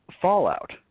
fallout